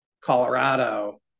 Colorado